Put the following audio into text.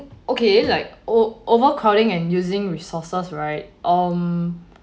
okay like over~ overcrowding and using resources right um